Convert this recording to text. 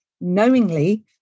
knowingly